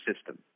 system